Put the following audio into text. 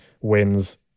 wins